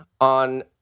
on